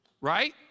right